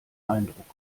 eindruck